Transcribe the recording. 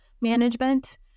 management